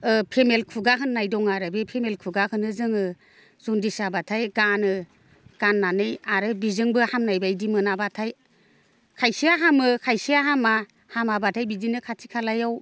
ओ फेमेल खुगा होननाय दं आरो बे फेमेल खुगाखोनो जोङो जनडिस जाब्लाथाय गानो गाननानै आरो बिजोंबो हामनायबायदि मोनाब्लाथाय खायसेया हामो खायसेया हामा हामाब्लाथाय बिदिनो खाथि खालायाव